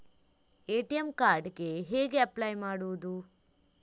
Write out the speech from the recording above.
ATM card ಗೆ ಹೇಗೆ apply ಮಾಡುವುದು?